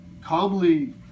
calmly